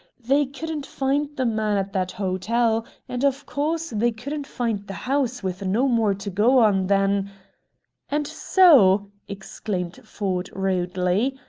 they couldn't find the man at that hotel, and, of course, they couldn't find the house with no more to go on than and so, exclaimed ford rudely,